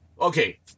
okay